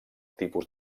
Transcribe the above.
tipus